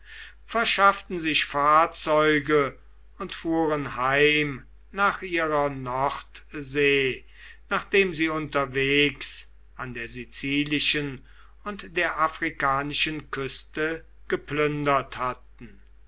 verschafften sich fahrzeuge und fuhren heim nach ihrer nordsee nachdem sie unterwegs an der sizilischen und der afrikanischen küste geplündert hatten